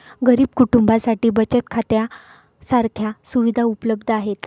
गरीब कुटुंबांसाठी बचत खात्या सारख्या सुविधा उपलब्ध आहेत